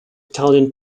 italian